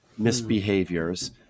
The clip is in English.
misbehaviors